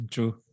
True